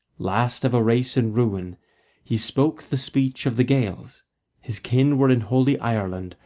last of a race in ruin he spoke the speech of the gaels his kin were in holy ireland,